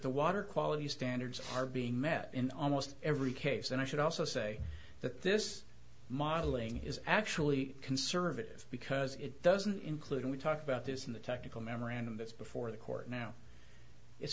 the water quality standards are being met in almost every case and i should also say that this modeling is actually conservative because it doesn't include we talked about this in the technical memorandum that's before the court now i